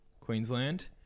queensland